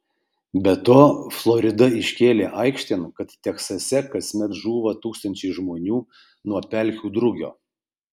be to florida iškėlė aikštėn kad teksase kasmet žūva tūkstančiai žmonių nuo pelkių drugio